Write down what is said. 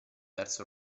verso